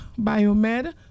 biomed